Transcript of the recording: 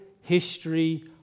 history